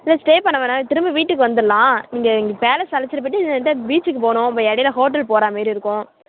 இல்லை ஸ்டே பண்ண வேணாம் திரும்ப வீட்டுக்கு வந்துடலாம் நீங்கள் இங்கே பேலஸ் அழைச்சிட்டு போய்விட்டு அடுத்து பீச்சுக்கு போகணும் இப்போ இடையில ஹோட்டல் போகிறா மாரி இருக்கும்